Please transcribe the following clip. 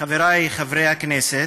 חברי חברי הכנסת,